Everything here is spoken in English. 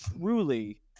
truly